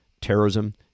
terrorism